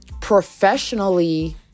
professionally